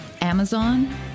Amazon